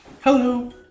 Hello